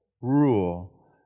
rule